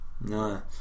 no